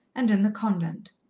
and in the convent.